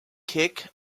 kick